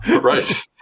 Right